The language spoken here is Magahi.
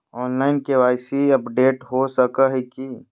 ऑनलाइन के.वाई.सी अपडेट हो सको है की?